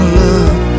love